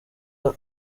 aba